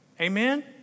Amen